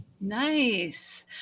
Nice